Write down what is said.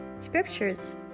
Scriptures